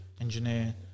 engineer